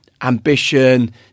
ambition